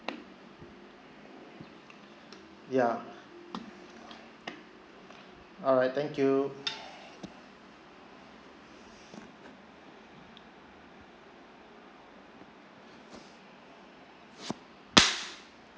ya all right thank you